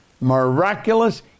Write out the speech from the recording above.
miraculous